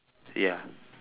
ya